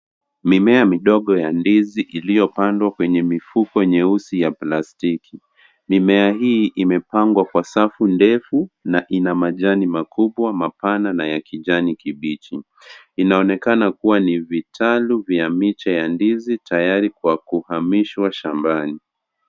Mimea midogo ya ndizi iliyopandwa kwenye mifuko nyeusi ya plastiki, mimea hii imepangwa kwa safu ndefu na ina majani makubwa mapana na ya kijani kibichi, inaonekana kuwa ni vitalu vya miche ya ndizi tayari kwa kuhamishwa shambani.